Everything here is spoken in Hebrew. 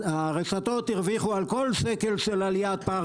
הרשתות הרוויחו על כל שקל של עליית פער